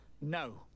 No